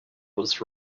was